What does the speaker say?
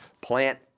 Plant